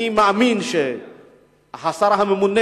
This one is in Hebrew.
אני מאמין שהשר הממונה,